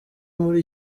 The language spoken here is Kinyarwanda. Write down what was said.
muri